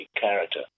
character